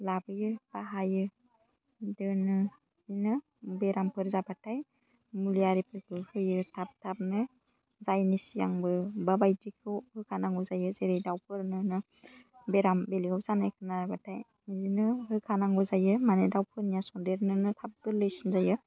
लाबोयो बाहायो दोनो बिदिनो बेरामफोर जाबाथाय मुलि आरिफोरखौ होयो थाब थाबनो जायिनि सिगांबो अबा बायदिखौ होखानांगौ जायो जेरै दाउफोरनोनो बेराम बेलेगाव जानाय खोनाबाथाय बिदिनो होखानांगौ जायो मानि दाउफोरनिया सनदेरनोनो थाब गोरलैसिन जायो